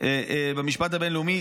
במשפט הבין-לאומי.